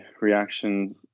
reactions